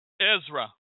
Ezra